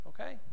okay